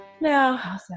Now